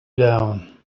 down